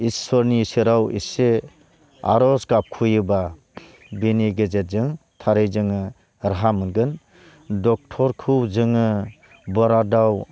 इसोरनि सेराव एसे आर'ज गाबखयोब्ला बिनि गेजेरजों थारै जोङो राहा मोनगोन ड'क्टरखौ जोङो बरादाव